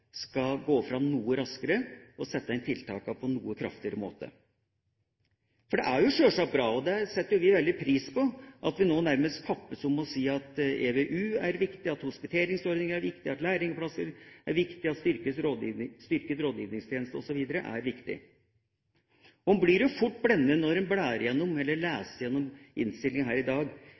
skal gå fram noe raskere og sette inn tiltak på en noe kraftigere måte. For det er sjølsagt bra, og det setter vi veldig pris på, at vi nå nærmest kappes om å si at etter- og videreutdanning er viktig, at hospiteringsordninger er viktig, at lærlingplasser er viktig, at en styrket rådgivningstjeneste er viktig, osv. Når en leser gjennom innstillinga i dag, blir en fort blendet av alle de mange ekstra kronebeløpene som dukker opp i